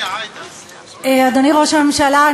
אדוני ראש הממשלה,